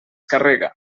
carrega